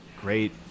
great